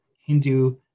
Hindu